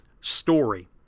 story